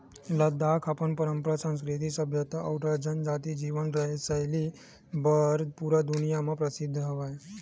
लद्दाख अपन पंरपरा, संस्कृति, सभ्यता अउ जनजाति जीवन सैली बर पूरा दुनिया म परसिद्ध हवय